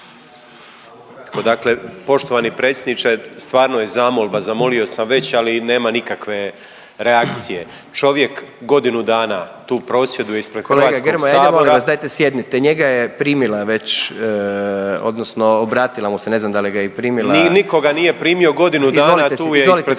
Dakle, poštovani predsjedniče stvarno je zamolba, zamolio sam već, ali nema nikakve reakcije. Čovjek godinu dana tu prosvjeduje ispred …/Upadica predsjednik: Kolega Grmoja ajde molim vas dajte sjednice, njega je primila već odnosno obratila mu se, ne znam da li ga je i primila./… Nije nikoga nije primio …/Upadica predsjednik: